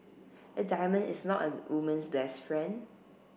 a diamond is not a woman's best friend